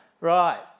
Right